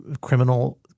criminal